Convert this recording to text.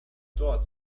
dort